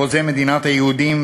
חוזה מדינת היהודים,